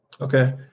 okay